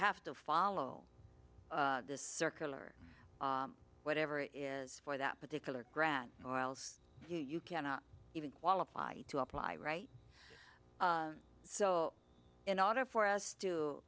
have to follow this circular or whatever is for that particular grant or else you cannot even qualify to apply right so in order for us to